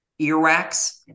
earwax